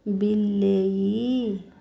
ବିଲେଇ